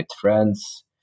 friends